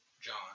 John